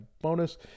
bonus